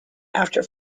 after